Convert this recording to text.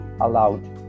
allowed